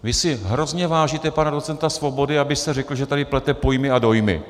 Vy si hrozně vážíte pana docenta Svobody, abyste řekl, že tady plete pojmy a dojmy.